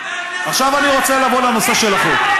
חבר הכנסת אמסלם,